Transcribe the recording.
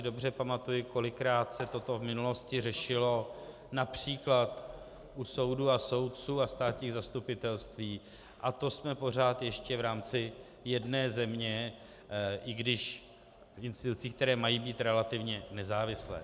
Dobře si pamatuji, kolikrát se toto v minulosti řešilo například u soudů a soudců a státních zastupitelství, a to jsme pořád ještě v rámci jedné země, i když instituty, které mají být relativně nezávislé.